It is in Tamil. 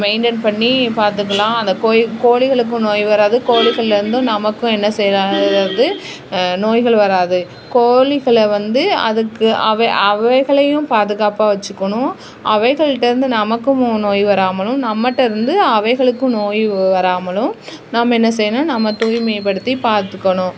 மெயின்டென் பண்ணி பார்த்துக்கலாம் அந்த கோழி கோழிகளுக்கும் நோய் வராது கோழிகள்லேருந்தும் நமக்கும் என்ன இது வந்து நோய்கள் வராது கோழிகள வந்து அதுக்கு அவை அவைகளையும் பாதுகாப்பாக வைச்சிக்கணும் அவைகள்கிட்டேருந்து நமக்கும் நோய் வராமலும் நம்மகிட்டேருந்து அவைகளுக்கும் நோய் வராமலும் நம்ம என்ன செய்யணும் நம்ம தூய்மைப்படுத்தி பார்த்துக்கணும்